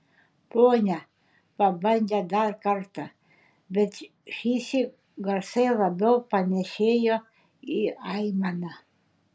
pone pabandė dar kartą bet šįsyk garsai labiau panėšėjo į aimaną